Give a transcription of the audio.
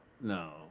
No